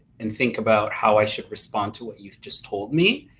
and think about how i should respond to what you've just told me.